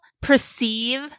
perceive